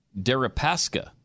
Deripaska